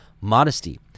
modesty